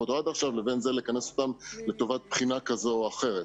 אותו עד עכשיו לבין כינוסם לטובת בחינה כזו או אחרת?